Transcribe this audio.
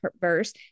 verse